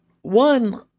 one